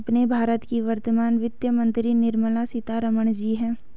अपने भारत की वर्तमान वित्त मंत्री निर्मला सीतारमण जी हैं